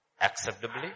acceptably